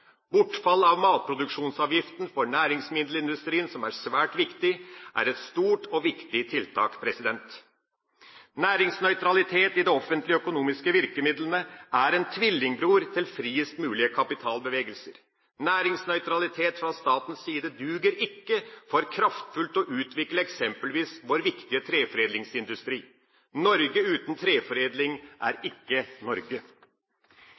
Bortfall av matproduksjonsavgiften for næringsmiddelindustrien, som er svært viktig, er et stort og viktig tiltak. Næringsnøytralitet i det offentliges økonomiske virkemidler er en tvillingbror til friest mulige kapitalbevegelser. Næringsnøytralitet fra statens side duger ikke for kraftfullt å utvikle eksempelvis vår viktige treforedlingsindustri. Norge uten treforedling er ikke Norge.